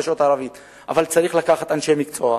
אבל צריך לקחת אנשי מקצוע,